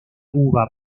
uva